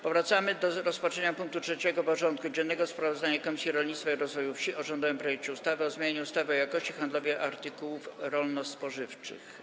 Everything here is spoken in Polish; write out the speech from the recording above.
Powracamy do rozpatrzenia punktu 3. porządku dziennego: Sprawozdanie Komisji Rolnictwa i Rozwoju Wsi o rządowym projekcie ustawy o zmianie ustawy o jakości handlowej artykułów rolno-spożywczych.